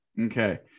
Okay